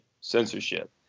censorship